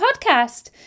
podcast